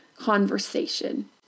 conversation